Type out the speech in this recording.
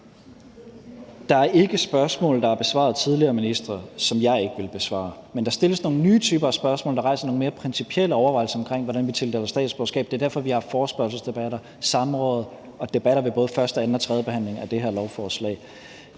Der er ikke spørgsmål, der er besvaret af tidligere ministre, som jeg ikke vil besvare. Men der stilles nogle nye typer af spørgsmål, der giver anledning til nogle mere principielle overvejelser over, hvordan vi tildeler statsborgerskab. Det er derfor, vi har haft forespørgselsdebatter, samråd og debatter ved både første-, anden- og tredjebehandlingen af det her lovforslag.